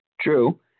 True